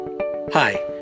Hi